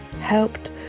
helped